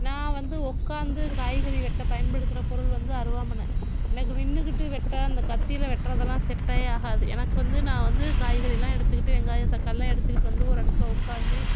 நான் வந்து உக்காந்து காற்கறி வெட்ட பயன்படுத்துகிற பொருள் வந்து அருவாள்மனை எனக்கு நின்றுக்கிட்டு வெட்ட அந்த கத்தியில் வெட்டுறதுலாம் செட்டே ஆகாது எனக்கு வந்து நான் வந்து காய்கறிலாம் எடுத்துக்கிட்டு வெங்காயம் தக்காளிலாம் எடுத்துக்கிட்டு வந்து ஒரு இடத்துல உக்காந்து